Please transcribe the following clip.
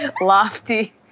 lofty